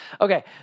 Okay